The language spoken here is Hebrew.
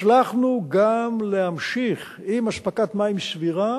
הצלחנו גם להמשיך עם אספקת מים סבירה